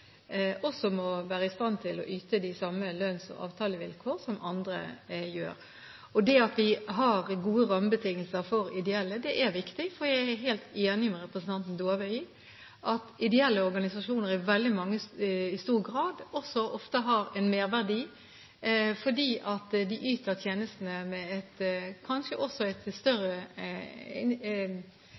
også må være i stand til å tilby samme lønns- og avtalevilkår som andre gjør. At vi har gode rammebetingelser for ideelle aktører, er viktig. For jeg er helt enig med representanten Dåvøy i at ideelle organisasjoner i stor grad ofte har en merverdi fordi de yter tjenester med et kanskje større initiativ fra frivillig sektor i forhold til det man ofte klarer å se i det offentlige. Derfor er jeg også